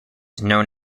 known